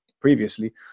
previously